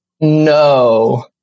No